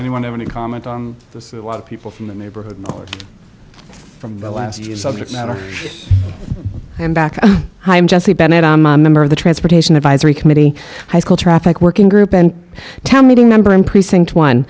anyone have any comment on this a lot of people from the neighborhood or from the last year subject matter and back hi i'm jesse bennett i'm a member of the transportation advisory committee high school traffic working group and tell me the number in precinct one